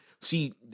see